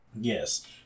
yes